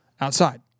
outside